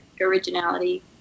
originality